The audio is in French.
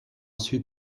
suis